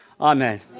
Amen